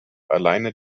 alleine